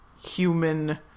human